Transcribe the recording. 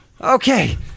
Okay